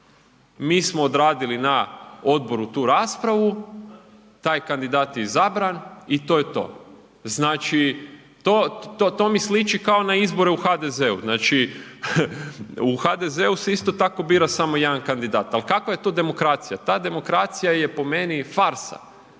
mi smo odradili na odboru tu raspravu, taj kandidat je izabran i to je to. Znači to, to mi sliči kao na izbore u HDZ-u, u HDZ se isto tako bira samo jedan kandidat. Ali kakva je to demokracija? Ta demokracija je po meni farsa,